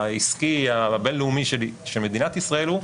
העסקי הבינלאומי של מדינת ישראל הוא,